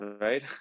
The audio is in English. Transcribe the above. right